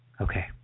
Okay